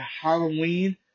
Halloween